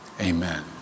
Amen